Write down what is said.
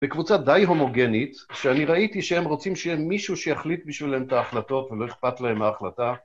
בקבוצה די הומוגנית שאני ראיתי שהם רוצים שיהיה מישהו שיחליט בשבילהם את ההחלטות ולא אכפת להם ההחלטה